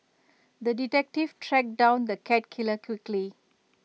the detective tracked down the cat killer quickly